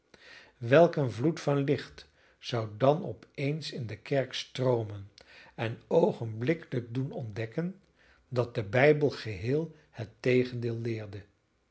een vloed van licht zou dan op eens in de kerk stroomen en oogenblikkelijk doen ontdekken dat de bijbel geheel het tegendeel leerde